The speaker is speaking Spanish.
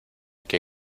que